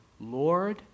Lord